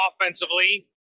offensively